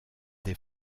des